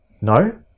No